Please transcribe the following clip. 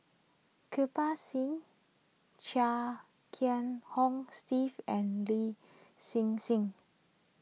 Kirpal Singh Chia Kiah Hong Steve and Lin Hsin Hsin